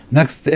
Next